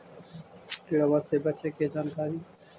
किड़बा से बचे के जानकारी?